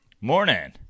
Morning